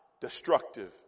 destructive